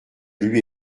lui